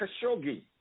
Khashoggi